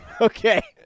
Okay